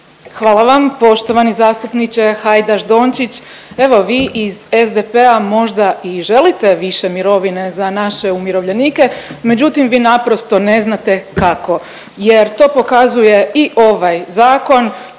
Hvala vam. Poštovani zastupniče Hajdaš Dončić evo vi iz SDP-a možda i želite više mirovine za naše umirovljenike, međutim vi naprosto ne znate kako jer to pokazuje i ovaj zakon